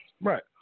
Right